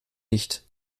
nicht